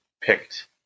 picked